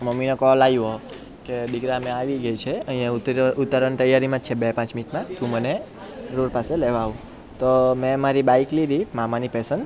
મમ્મીનો કોલ આવ્યો કે દીકરા મે આવી ગઈ છે અહીં ઉતરો ઊતરવાની તૈયારીમાંજ છે બે પાંચ મિનિટમાં તું મને રોડ પાસે લેવા આવ તો મે મારી બાઇક લીધી મામાની પેસન